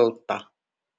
elta